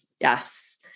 Yes